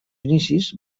inicis